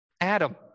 Adam